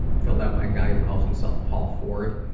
filled out by a guy who calls himself paul ford.